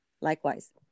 Likewise